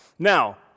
Now